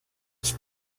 ich